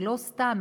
ולא סתם,